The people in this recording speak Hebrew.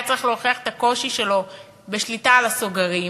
היה צריך להוכיח את הקושי שלו בשליטה בסוגרים,